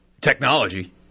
technology